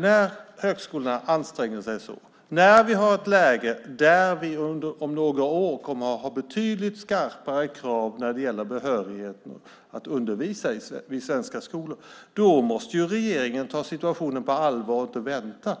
När högskolorna nu anstränger sig så och när vi inom några år kommer att ha betydligt skarpare krav på behörighet att undervisa i svenska skolor måste regeringen ta situationen på allvar och inte vänta.